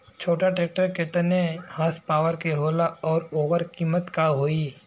छोटा ट्रेक्टर केतने हॉर्सपावर के होला और ओकर कीमत का होई?